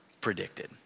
predicted